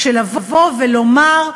של לבוא ולומר: